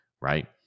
right